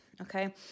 okay